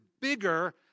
bigger